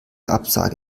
absage